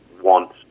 want